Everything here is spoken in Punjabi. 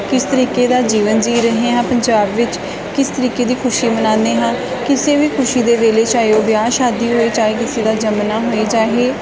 ਕਿਸ ਤਰੀਕੇ ਦਾ ਜੀਵਨ ਜੀ ਰਹੇ ਹਾਂ ਪੰਜਾਬ ਵਿੱਚ ਕਿਸ ਤਰੀਕੇ ਦੀ ਖੁਸ਼ੀ ਮਨਾਉਂਦੇ ਹਾਂ ਕਿਸੇ ਵੀ ਖੁਸ਼ੀ ਦੇ ਵੇਲੇ ਚਾਹੇ ਉਹ ਵਿਆਹ ਸ਼ਾਦੀ ਹੋਵੇ ਚਾਹੇ ਕਿਸੇ ਦਾ ਜੰਮਣਾ ਹੋਵੇ ਚਾਹੇ